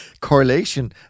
correlation